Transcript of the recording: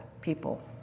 people